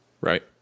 right